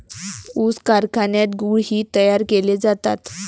ऊस कारखान्यात गुळ ही तयार केले जातात